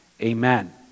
amen